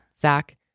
Zach